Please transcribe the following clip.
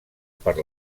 per